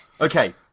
Okay